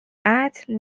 قتل